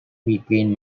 between